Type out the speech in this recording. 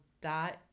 dot